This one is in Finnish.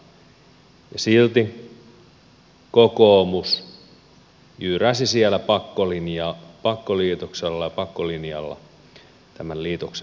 silti kokoomus jyräsi siellä pakkoliitoksella ja pakkolinjalla tämän liitoksen läpi